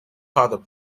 called